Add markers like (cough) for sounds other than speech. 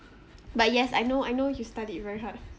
(noise) but yes I know I know you studied very hard (breath)